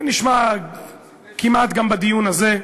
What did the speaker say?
זה נשמע כמעט גם בדיון הזה.